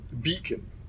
beacon